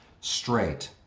straight